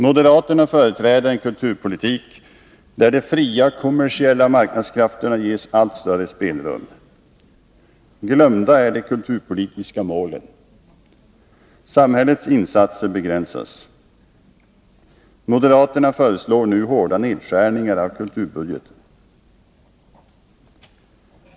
Moderaterna företräder en kulturpolitik där de fria kommersiella marknadskrafter na ges allt större spelrum. Glömda är de kulturpolitiska målen. Samhällets insatser begränsas. Moderaterna föreslår nu hårda nedskärningar av kulturbudgeten.